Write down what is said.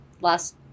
last